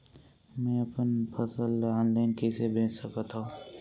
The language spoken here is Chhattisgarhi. मैं अपन फसल ल ऑनलाइन कइसे बेच सकथव?